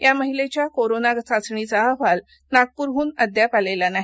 ह्या महिलेच्या कोरोना चाचणीचा अहवाल नागपुरह्न अजून आलेला नाही